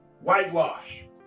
Whitewash